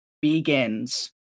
Begins